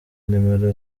nimero